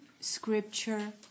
scripture